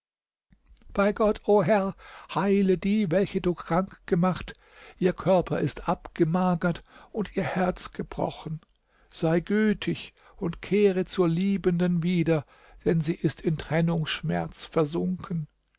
bei gott o herr heile die welche du krank gemacht ihr körper ist abgemagert und ihr herz gebrochen sei gütig und kehre zur liebenden wieder denn sie ist in trennungsschmerz versunken